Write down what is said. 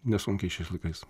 nesunkiai šiais laikais